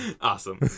Awesome